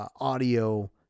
audio